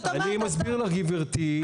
אני מסביר לך, גברתי.